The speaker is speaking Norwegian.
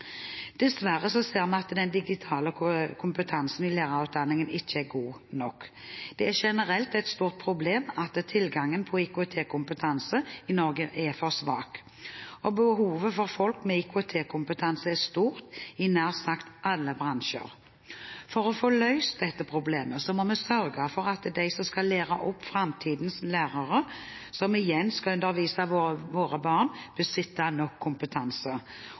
Dessverre ser vi at den digitale kompetansen i lærerutdanningene ikke er god nok. Det er generelt et stort problem at tilgangen på IKT-kompetanse i Norge er for svak. Behovet for folk med IKT-kompetanse er stort i nær sagt alle bransjer. For å få løst dette problemet må vi sørge for at de som skal lære opp framtidens lærere, som igjen skal undervise våre barn, besitter nok kompetanse.